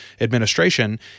administration